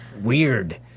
weird